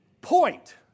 point